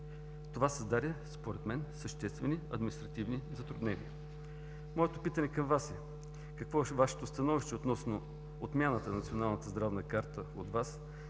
Това създаде, според мен, съществени административни затруднения. Моето питане към Вас е: какво е Вашето становище относно отмяната на Националната здравна карта от ВАС,